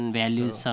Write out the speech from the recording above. values